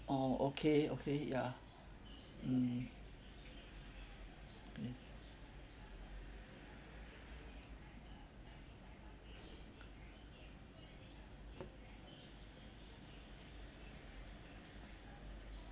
orh okay okay ya mm okay